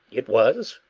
it was.